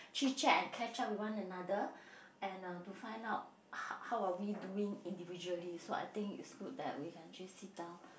chit chat and catch up with one another and uh to find out how how are we doing individually so I think it's good that we can just sit down